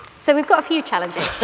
so we've got a few challenges!